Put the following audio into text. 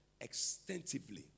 Extensively